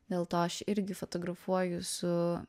dėl to aš irgi fotografuoju su